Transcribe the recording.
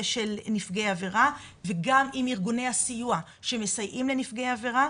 של נפגעי עבירה וגם עם ארגוני הסיוע שמסייעים לנפגעי עבירה.